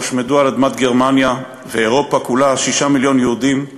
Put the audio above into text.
שבה הושמדו על אדמת גרמניה ואירופה כולה שישה מיליון יהודים,